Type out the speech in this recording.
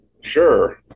sure